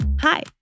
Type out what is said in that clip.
Hi